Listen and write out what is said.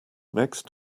next